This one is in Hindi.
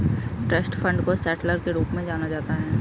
ट्रस्ट फण्ड को सेटलर के रूप में जाना जाता है